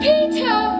Peter